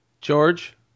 George